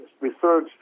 research